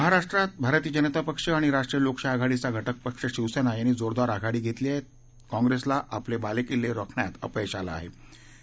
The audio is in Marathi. महाराष्ट्रात भारतीय जनता पक्ष आणि राष्ट्रीय लोकशाही आघाडीचा घटक पक्ष शिवसेना यांनी जोरदार आघाडी घेतली असून काँप्रेसला आपले बालेकिल्ले राखण्यात अपयश येण्याची शक्यता आहे